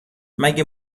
مگه